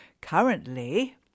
currently